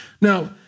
Now